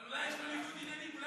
אבל אולי יש פה ניגוד עניינים?